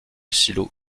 silo